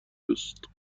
دوست